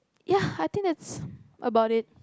ya I think that's about it